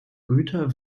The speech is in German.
güter